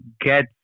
get